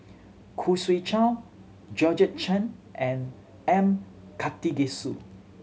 Khoo Swee Chiow Georgette Chen and M Karthigesu